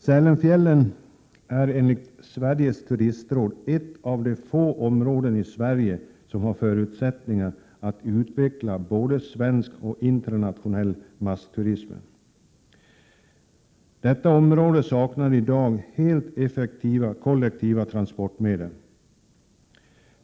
Sälenfjällsområdet är enligt Sveriges turistråd ett av de få områden i Sverige som har förutsättningar att utveckla både svensk och internationell massturism. Detta område saknar i dag helt effektiva kollektiva transportmedel.